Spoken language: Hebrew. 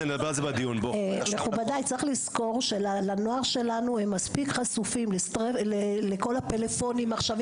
מכובדי צריך לזכור שהנוער שלנו חשופים לכל הפלאפונים עכשיו,